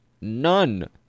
None